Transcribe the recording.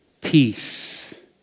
peace